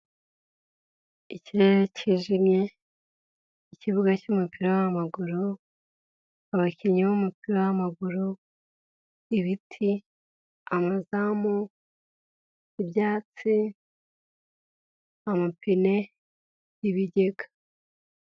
Ikirere cyijimye, ikibuga cy'umupira w'amaguru, abakinnyi b'umupira w'amaguru, ibiti, amazamu, ibyatsi, amapine, ibigega.